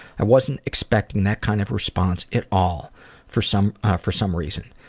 i wasn't expecting that kind of response at all for some for some reason.